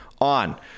on